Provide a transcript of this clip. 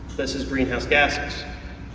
this is greenhouse gases.